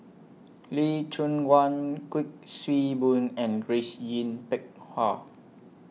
Lee Choon Guan Kuik Swee Boon and Grace Yin Peck Ha